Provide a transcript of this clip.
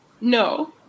No